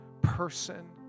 person